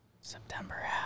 September